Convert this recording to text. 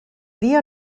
dia